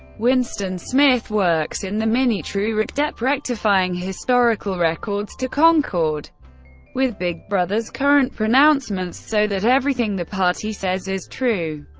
winston smith works in the minitrue recdep, rectifying historical records to concord with big brother's current pronouncements so that everything the party says is true.